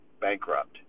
bankrupt